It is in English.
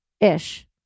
ish